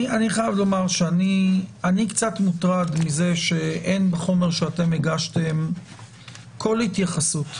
אני חייב לומר שאני קצת מוטרד מכך שאין בחומר שאתם הגשתם כל התייחסות